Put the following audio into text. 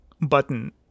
button